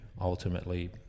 Ultimately